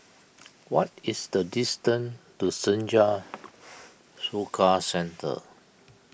what is the distance to Senja Soka Centre